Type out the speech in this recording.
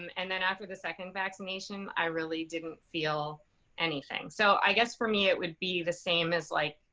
and then after the second vaccination, i really didn't feel anything. so i guess for me, it would be the same as like,